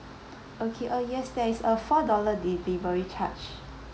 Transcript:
okay uh yes there is a four dollar delivery charge